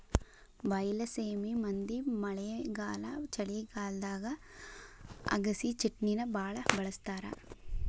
ಬೈಲಸೇಮಿ ಮಂದಿ ಮಳೆಗಾಲ ಚಳಿಗಾಲದಾಗ ಅಗಸಿಚಟ್ನಿನಾ ಬಾಳ ಬಳ್ಸತಾರ